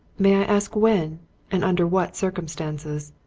may i ask when and under what circumstances?